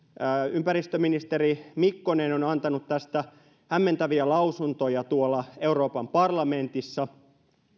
ympäristöministeri mikkonen on antanut tästä hämmentäviä lausuntoja tuolla euroopan parlamentissa